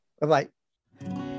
Bye-bye